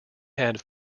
had